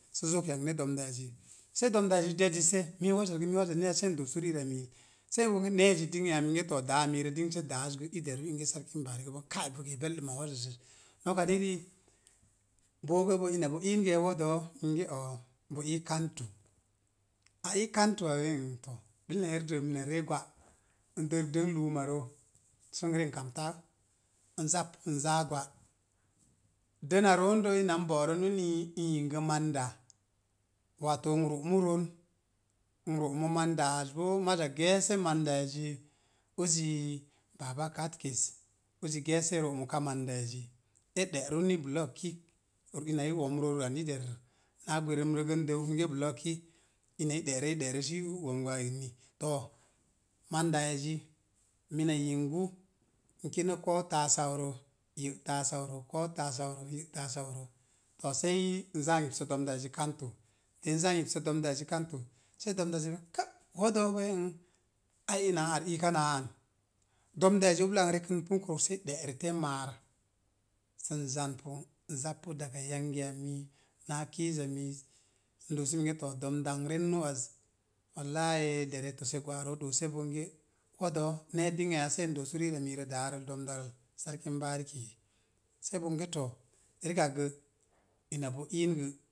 Sə zok yagne domdáá ezi dedise migə mii waza neezya? Sei n doosu ri'ra miil sa bonge ne̱e̱zi dinne ya? Sei minge to dáá miirə dinse dááz i deru ingə sarkin bariki sei bonge ka'n ge̱e̱ bildimma wazazzez, noka ni riik bogo ina bogo ni bogo bo iin ge̱e̱ wo̱o̱do̱o bo i kantu, a i kantuwa? A ii kantuwa nee to bil na yerdə mina ree gwa n deg dən luumarə. Sə n ree kamta n zappu sə n zaa gwa’ dəna roon ina n bo'ron uni n yingə manda, waa to n ro'mu ron n ro'mo mandaaz boo maza geese mandaazi uzi baba katikis uza geese rə'muka mandazzi. e ɗeru ni bullokik ina i won ror an na gwerum ro roogo n dərk ninge buloki ina i dérə sə i də'rə sə i wo̱m gwaam eni too mandaa ezi mina yingu n kine ko̱o̱u taasaurə ye’ taasaure, ko̱o̱u taasauro ye'taa saurə. To se, n za n yipsə domdazzi kantu de n zaa n ypsə domdaizzi. Se domda bonge ká woodo bonge ai ina n ar iikan una an, domdaizzi sei ublaa npu rekumpuro sei de'rətə máár. Sə n zanpun n zappu daga yangiya mii náá kiiza miiz, n doosi minge too domda n renna az wallahi dere tosa gwa'ro sə dese bonge woodo nee dinŋa ya? Se in dosu rira miirə daarəl sarkin bariki. Se bonge to rikak gə, de ina bo nn gər